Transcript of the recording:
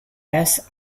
bess